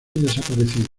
desaparecida